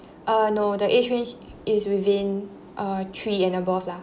uh no the age range is within uh three and above lah